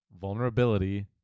Vulnerability